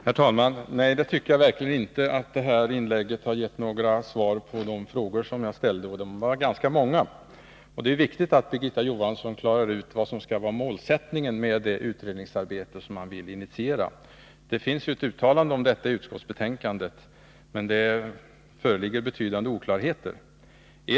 Herr talman! Nej, jag tycker verkligen inte att Birgitta Johanssons inlägg har gett några svar på de ganska många frågor som jag ställde. Det är viktigt att Birgitta Johansson klarar ut vad som skall vara målsättningen med det utredningsarbete som man vill initiera. Det finns ett uttalande om detta i betänkandet, men det föreligger betydande oklarheter på denna punkt.